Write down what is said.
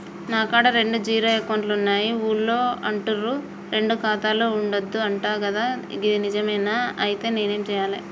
నా కాడా రెండు జీరో అకౌంట్లున్నాయి ఊళ్ళో అంటుర్రు రెండు ఖాతాలు ఉండద్దు అంట గదా ఇది నిజమేనా? ఐతే నేనేం చేయాలే?